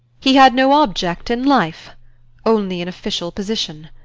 he had no object in life only an official position.